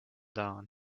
down